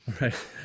Right